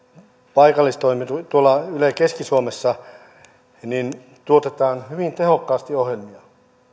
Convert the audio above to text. tuolla yle keski suomessa tuotetaan hyvin tehokkaasti ohjelmia